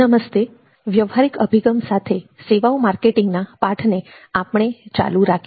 નમસ્તે વ્યવહારિક અભિગમ સાથે સેવાઓ માર્કેટિંગના પાઠને આપણે ચાલુ રાખીએ